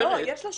יש לו שוויון.